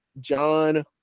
John